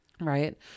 Right